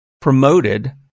promoted